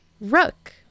rook